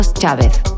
Chávez